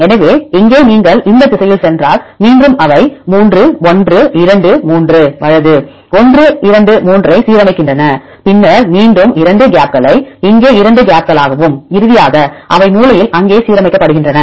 எனவே இங்கே நீங்கள் இந்த திசையில் சென்றால் மீண்டும் அவை 3 1 2 3 வலது 1 23 ஐ சீரமைக்கின்றன பின்னர் மீண்டும் 2 கேப்களை இங்கே 2 கேப்களாகவும் இறுதியாக அவை மூலையில் அங்கே சீரமைக்கப்படுகின்றன